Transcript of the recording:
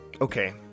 okay